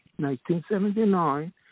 1979